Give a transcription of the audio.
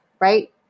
right